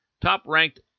top-ranked